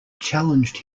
challenged